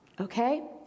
okay